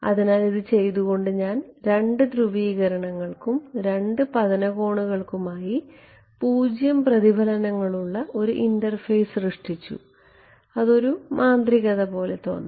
അതിനാൽ ഇത് ചെയ്തുകൊണ്ട് ഞാൻ രണ്ട് ധ്രുവീകരണങ്ങൾക്കും രണ്ട് പതനകോണുകൾക്കുമായി 0 പ്രതിഫലനങ്ങളുള്ള ഒരു ഇന്റർഫേസ് സൃഷ്ടിച്ചു അത് ഒരുമാന്ത്രികത പോലെയാണ്